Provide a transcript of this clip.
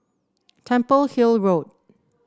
Temple Hill Road